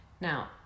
Now